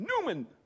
Newman